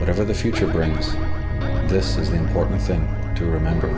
whatever the future brings this is an important thing to remember